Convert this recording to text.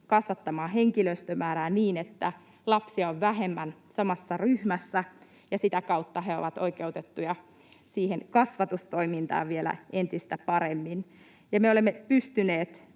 kasvattamaan henkilöstömäärää niin, että lapsia on vähemmän samassa ryhmässä ja sitä kautta he ovat oikeutettuja siihen kasvatustoimintaan vielä entistä paremmin. Ja me olemme pystyneet